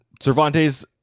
Cervantes